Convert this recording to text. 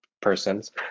persons